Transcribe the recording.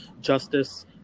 justice